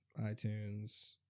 iTunes